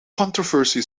controversy